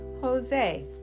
Jose